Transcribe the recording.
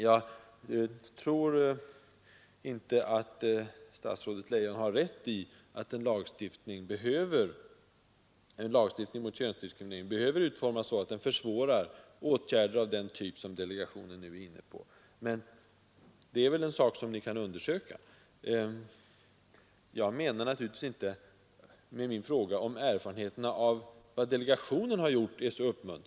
Jag tror inte att statsrådet Leijon har rätt i att en lagstiftning mot könsdiskriminering behöver utformas så att den försvårar åtgärder av den typ som delegationen nu är inne på. Det är väl en sak som ni kan undersöka. Jag frågade naturligtvis inte om erfarenheterna av vad delegationen har gjort.